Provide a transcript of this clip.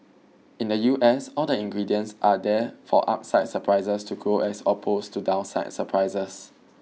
in the U S all the ingredients are there for upside surprises to growth as opposed to downside surprises